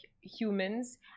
humans